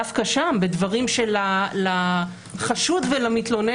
אז רק לנושא של מה שהולך להיות בקריאה שנייה ושלישית,